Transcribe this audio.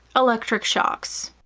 electric shocks.